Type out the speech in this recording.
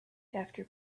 after